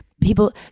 people